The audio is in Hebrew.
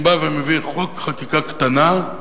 אני בא ומביא חוק, חקיקה קטנה,